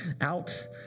out